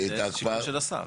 להפנות את זה לשר.